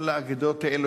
כל האגדות האלה,